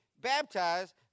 baptized